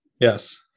Yes